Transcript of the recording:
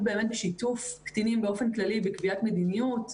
בשיתוף קטינים באופן כללי בקביעת מדיניות,